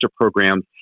programs